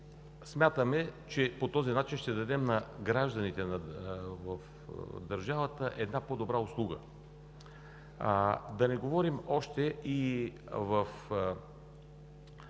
Смятаме, че по този начин ще дадем на гражданите в държавата по-добра услуга. Да не говорим, че има